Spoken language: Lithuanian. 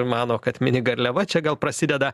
mano kad mini garliava čia gal prasideda